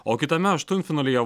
o kitame aštuntfinalyje